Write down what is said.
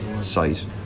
site